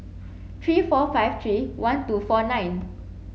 three four five three one two four nine